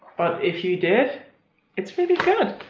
but if you did it's really good.